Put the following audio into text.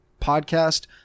podcast